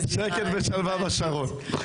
ושלווה בשרון